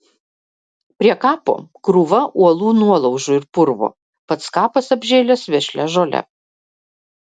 prie kapo krūva uolų nuolaužų ir purvo pats kapas apžėlęs vešlia žole